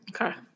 Okay